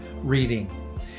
reading